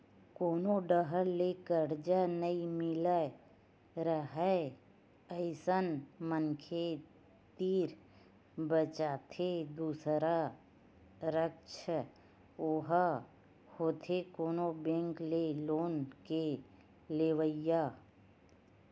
कोनो डाहर ले करजा नइ मिलत राहय अइसन मनखे तीर बचथे दूसरा रद्दा ओहा होथे कोनो बेंक ले लोन के लेवई